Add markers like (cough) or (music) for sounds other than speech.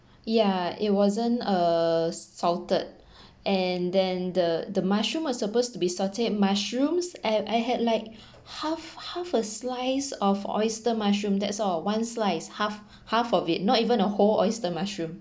yeah it wasn't uh salted (breath) and then the the mushroom were supposed to be salted mushrooms I I had like (breath) half half a slice of oyster mushroom that's all one slice half half of it not even a whole oyster mushroom